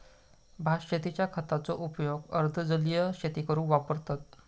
भात शेतींच्या खताचो उपयोग अर्ध जलीय शेती करूक वापरतत